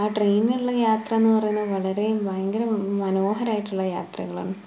ആ ട്രെയിനിനുള്ള യാത്ര എന്ന് പറയുന്നത് വളരെ ഭയങ്കര മനോഹരമായിട്ടുള്ള യാത്രകളാണ്